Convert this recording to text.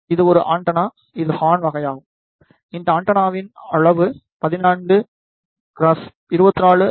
இது ஒரு ஆண்டெனா இது ஹார்ன் வகையாகும் இந்த ஆண்டெனாவின் அளவு 14 x 24 செ